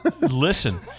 Listen